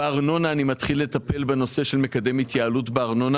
בארנונה אני מתחיל לטפל במקדם התייעלות בארנונה